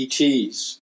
ETs